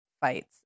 fights